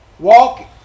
Walk